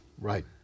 Right